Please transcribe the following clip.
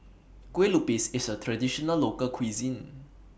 Kue Lupis IS A Traditional Local Cuisine